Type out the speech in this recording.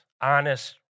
honest